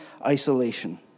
isolation